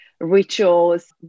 rituals